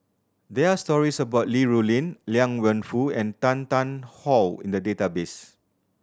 there are stories about Li Rulin Liang Wenfu and Tan Tarn How in the database